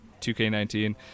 2K19